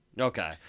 Okay